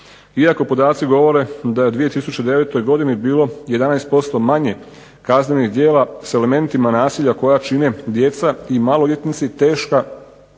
Iako podaci govore da je u 2009. godini bilo 11% manje kaznenih djela s elementima nasilja koja čine djeca i maloljetnici, teška